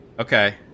Okay